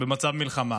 במצב מלחמה